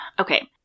Okay